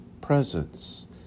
presence